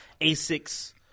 ASICS